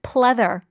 Pleather